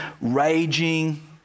raging